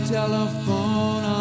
telephone